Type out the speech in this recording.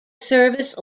service